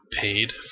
paid